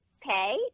pay